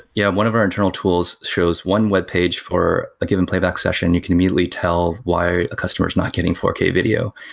yeah. one of our internal tools shows one webpage for a given playback session. you can immediately tell why a customer is not getting four k video.